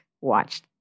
watched